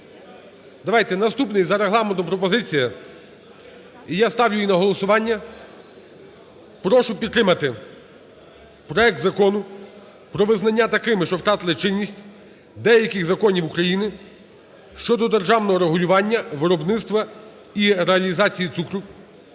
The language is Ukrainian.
Давайте, наступна за Регламентом пропозиція, і я ставлю її на голосування. Прошу підтримати проект Закону про визнання такими, що втратили чинність, деяких законів України щодо державного регулювання виробництва і реалізації цукру